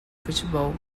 futebol